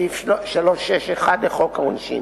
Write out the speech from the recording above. סעיף 361 לחוק העונשין.